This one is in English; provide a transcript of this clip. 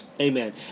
Amen